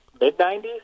Mid-90s